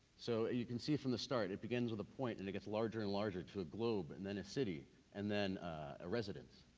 so you can see from the start, it begins with the point and it gets larger and larger to a globe and then a city and then a residence.